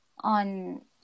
on